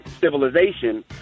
civilization